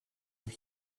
your